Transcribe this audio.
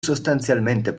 sostanzialmente